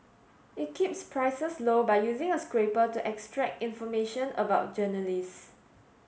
it keeps prices low by using a scraper to extract information about journalists